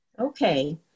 Okay